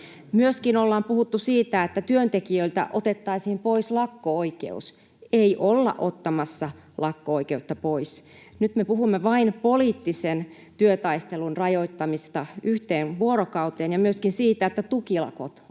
Myöskin on puhuttu siitä, että työntekijöiltä otettaisiin pois lakko-oikeus. Ei olla ottamassa lakko-oikeutta pois. Nyt me puhumme vain poliittisen työtaistelun rajoittamisesta yhteen vuorokauteen ja myöskin siitä, että tukilakot olisivat